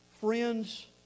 friends